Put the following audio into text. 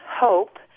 hope